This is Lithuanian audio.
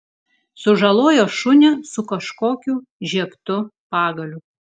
sužalojo šunį su kažkokiu žiebtu pagaliu